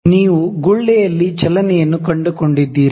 ನೀವು ಗುಳ್ಳೆಯಲ್ಲಿ ಚಲನೆಯನ್ನು ಕಂಡುಕೊಂಡಿದ್ದೀರಾ